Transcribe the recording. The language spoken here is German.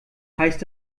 heißt